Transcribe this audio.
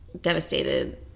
devastated